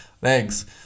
thanks